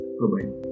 Bye-bye